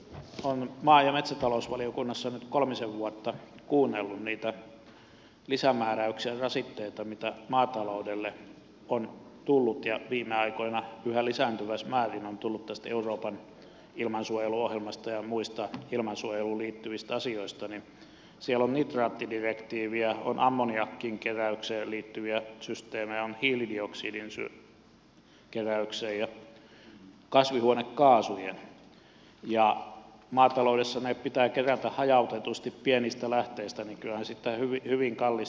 olen maa ja metsätalousvaliokunnassa nyt kolmisen vuotta kuunnellut niitä lisämääräyksiä ja rasitteita mitä maataloudelle on tullut ja viime aikoina yhä lisääntyvässä määrin on tullut tästä euroopan ilmansuojeluohjelmasta ja muista ilmansuojeluun liittyvistä asioista siellä on nitraattidirektiiviä on ammoniakin on hiilidioksidin on kasvihuonekaasujen keräykseen liittyviä systeemejä ja kun maataloudessa ne pitää kerätä hajautetusti pienistä lähteistä niin kyllähän siitä hyvin kallista tulee